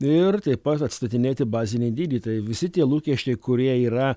ir taip pat atstatinėti bazinį dydį tai visi tie lūkesčiai kurie yra